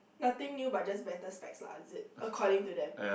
nothing new but just better specs lah is it according to them